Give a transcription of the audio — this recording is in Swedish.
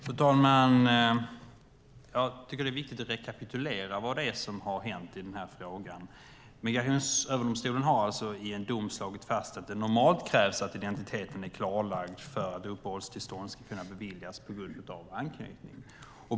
Fru talman! Jag tycker att det är viktigt att rekapitulera vad det är som har hänt i frågan. Migrationsöverdomstolen har i en dom slagit fast att det normalt krävs att identiteten är klarlagd för att uppehållstillstånd ska kunna beviljas på grund av anknytning.